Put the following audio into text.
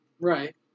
Right